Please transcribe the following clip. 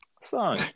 Son